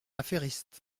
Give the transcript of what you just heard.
affairiste